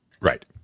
Right